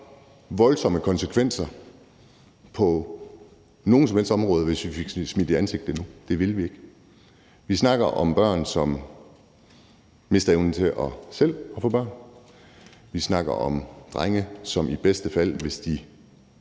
voldsomme konsekvenser på nogen som helst områder, hvis vi fik det smidt i ansigtet nu. Det ville vi ikke. Vi snakker om børn, som mister evnen til selv at få børn. Vi snakker om drenge, som i bedste fald, hvis de